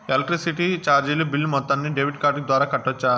Electricity చార్జీలు bill మొత్తాన్ని debit card ద్వారా కట్టొచ్చా?